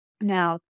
Now